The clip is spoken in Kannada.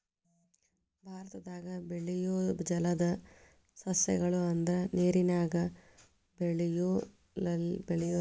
ಭಾರತದಾಗ ಬೆಳಿಯು ಜಲದ ಸಸ್ಯ ಗಳು ಅಂದ್ರ ನೇರಿನಾಗ ಬೆಳಿಯು ಲಿಲ್ಲಿ ಹೂ, ತಾವರೆ